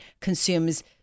consumes